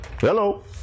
Hello